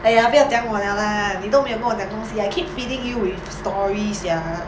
!aiya! 不要讲我 liao lah 你都没有跟我讲东西 I keep feeding you with stories sia